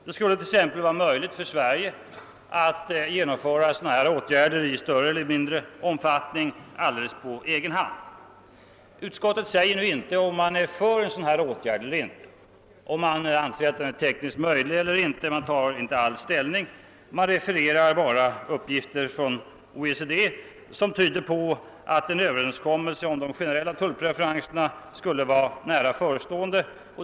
Det skulle t.ex. vara möjligt för Sverige att genomföra sådana här åtgärder i större eller mindre omfattning alldeles på egen hand. Utskottet säger inte om det är för sådana åtgärder eller inte, om det anser att de är tekniskt möjliga att genomföra eller inte. Utskottet tar inte ställning, det refererar bara uppgifter från OECD som tyder på att en överenskommelse om de generella tullpreferenserna skulle vara nära förestående.